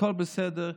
הכול בסדר,